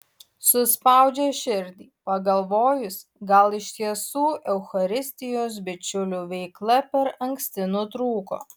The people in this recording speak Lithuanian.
suspaudžia širdį pagalvojus gal iš tiesų eucharistijos bičiulių veikla per anksti nutrūko